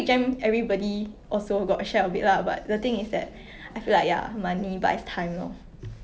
but I also don't want to be in a position where I'm like like you know 每天都烦恼 okay you know how I say